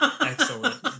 Excellent